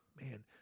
man